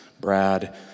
Brad